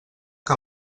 que